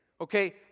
okay